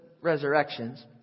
resurrections